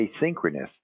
asynchronous